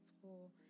school